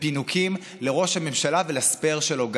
ופינוקים לראש הממשלה ולספייר שלו גנץ.